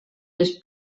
les